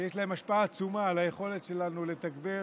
יש להם השפעה עצומה על היכולת שלנו לתגבר